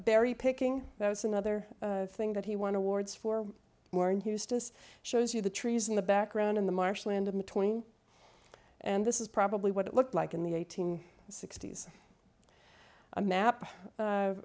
berry picking that's another thing that he want to wards for more and he was just shows you the trees in the background in the marshland between and this is probably what it looked like in the eighteen sixty's a map